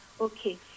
Okay